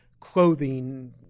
clothing